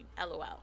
LOL